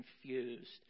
confused